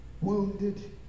wounded